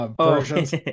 versions